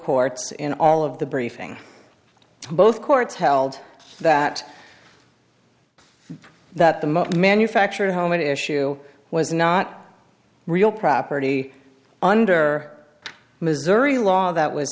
courts in all of the briefing both courts held that that the most manufactured home at issue was not real property under missouri law that was